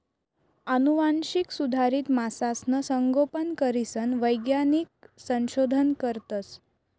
आनुवांशिक सुधारित मासासनं संगोपन करीसन वैज्ञानिक संशोधन करतस